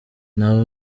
nta